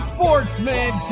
Sportsman